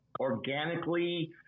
organically